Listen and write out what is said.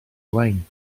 lein